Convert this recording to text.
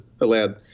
allowed